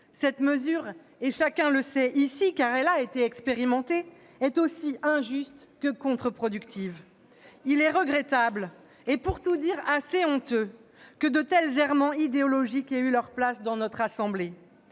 Cette mesure, et chacun le sait ici car elle a été expérimentée, est aussi injuste que contre-productive. Très bien ! Ce n'est pas vrai ! Il est regrettable, et pour tout dire assez honteux, que de tels errements idéologiques aient eu leur place dans notre assemblée.